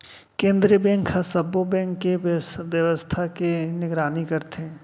केंद्रीय बेंक ह सब्बो बेंक के बेवस्था के निगरानी करथे